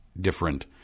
different